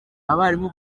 abarimu